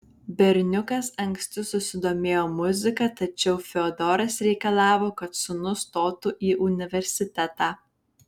berniukas anksti susidomėjo muzika tačiau fiodoras reikalavo kad sūnus stotų į universitetą